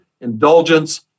indulgence